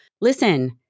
Listen